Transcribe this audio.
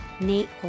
Nate